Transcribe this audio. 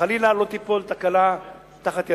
ושחלילה לא תצא תקלה מתחת ידינו.